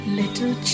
little